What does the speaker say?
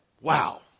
Wow